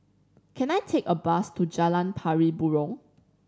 can I take a bus to Jalan Pari Burong